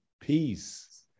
peace